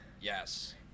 Yes